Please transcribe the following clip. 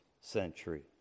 century